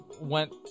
went